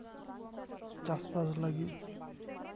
ᱪᱟᱥᱵᱟᱥ ᱞᱟᱹᱜᱤᱫ